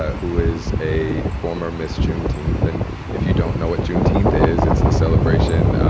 who is a former miss juneteenth. and if you don't know what juneteenth is, it's the celebration